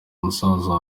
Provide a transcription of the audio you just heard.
musaza